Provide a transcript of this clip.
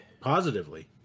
positively